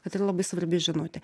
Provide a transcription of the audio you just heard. kad tai yra labai svarbi žinutė